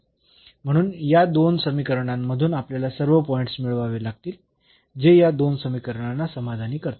म्हणून या दोन समीकरणांमधून आपल्याला सर्व पॉईंट्स मिळवावे लागतील जे या दोन समीकरणांना समाधानी करतात